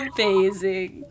Amazing